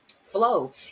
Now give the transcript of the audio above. Flow